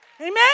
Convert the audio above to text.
Amen